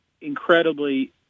incredibly